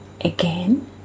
Again